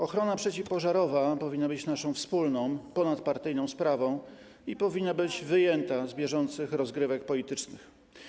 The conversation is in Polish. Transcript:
Ochrona przeciwpożarowa powinna być naszą wspólną ponadpartyjną sprawą i powinna być wyjęta z bieżących rozgrywek politycznych.